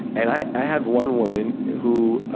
and i had one woman who,